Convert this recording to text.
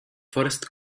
first